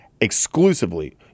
exclusively